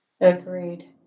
agreed